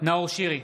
נאור שירי,